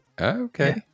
okay